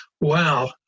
wow